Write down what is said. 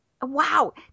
Wow